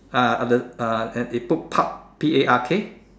uh the uh and it put Park P A R K